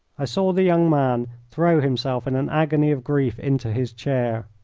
i saw the young man throw himself in an agony of grief into his chair.